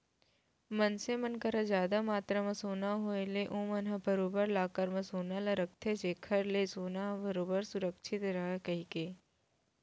मनसे मन करा जादा मातरा म सोना के होय ले ओमन ह बरोबर लॉकर म सोना ल रखथे जेखर ले सोना ह बरोबर सुरक्छित रहय कहिके